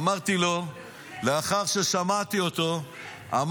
אמרתי לו לאחר ששמעתי אותו: